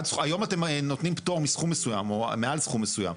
היום אתם נותנים פטור מסכום מסוים או מעל סכום מסוים.